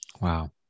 Wow